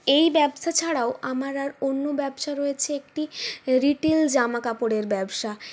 এই ব্যবসা ছাড়াও রয়েছে আমার আর অন্য ব্যবসা রয়েছে একটি রিটেল জামাকাপড়ের ব্যবসা